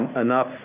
enough